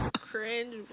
cringe